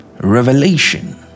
revelation